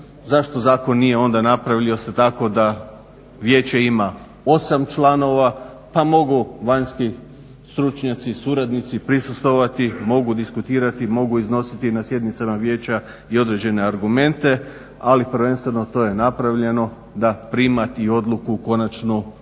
zašto zakon nije onda napravio se tako da vijeće ima 8 članova, pa mogu vanjski stručnjaci, suradnici prisustvovati, mogu diskutirati, mogu iznositi na sjednicama vijeća i određene argumente. Ali prvenstveno to je napravljeno da primati odluku konačnu može